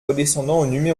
redescendant